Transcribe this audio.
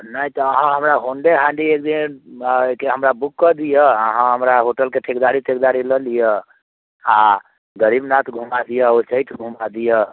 नहि तऽ अहाँ हमरा होंडे हांडीके अहाँ बुक कऽ दिअ अहाँ हमरा होटलके ठेकदारी तेकदारी लऽ लिअ आ गरीबनाथ घूमा दिअ उच्चैठ घूमा दिअ